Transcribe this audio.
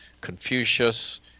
Confucius